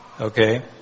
Okay